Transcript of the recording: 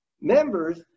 members